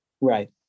Right